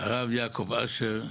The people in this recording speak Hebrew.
הרב יעקב אשר,